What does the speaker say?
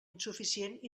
insuficient